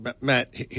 Matt